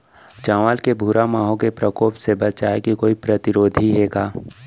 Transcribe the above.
चांवल के भूरा माहो के प्रकोप से बचाये के कोई प्रतिरोधी हे का?